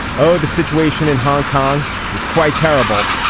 oh the situation in hong kong is quite terrible.